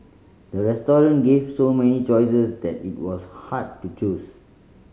the restaurant gave so many choices that it was hard to choose